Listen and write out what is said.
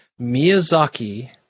Miyazaki